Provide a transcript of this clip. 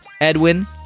edwin